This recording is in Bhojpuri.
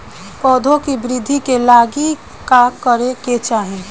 पौधों की वृद्धि के लागी का करे के चाहीं?